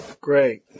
Great